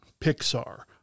Pixar